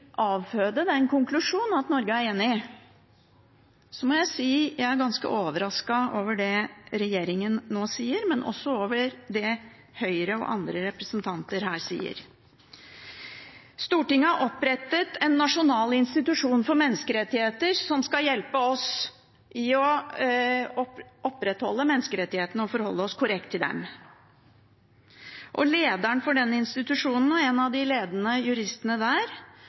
avføde den konklusjonen at Norge er enig, må jeg si at jeg er ganske overrasket over det regjeringen nå sier, men også over det Høyre og andre representanter her sier. Stortinget har opprettet en nasjonal institusjon for menneskerettigheter som skal hjelpe oss med å opprettholde menneskerettighetene og forholde oss korrekt til dem. Lederen for denne institusjonen og en av de ledende juristene der